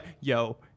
yo